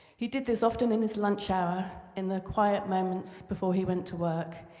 he did this often in his lunch hour, in the quiet moments before he went to work.